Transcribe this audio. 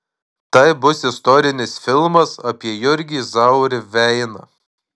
tai bus istorinis filmas apie jurgį zauerveiną